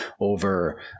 over